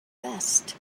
vest